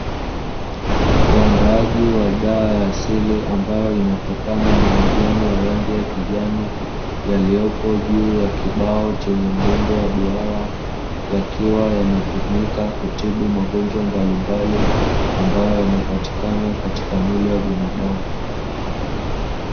Uandaaji wa dawa za asili, ambayo inatokana na majani ya rangi ya kijani yaliyopo juu ya kibao chenye muundo wa duara, yakiwa yanatumika kutibu magonjwa mbalimbali ambayo yanapatikana katika mwili wa binadamu.